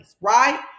right